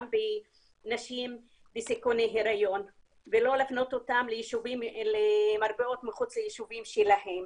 בנשים בסיכוני היריון ולא להפנות אותם למרפאות מחוץ ליישובים שלהם.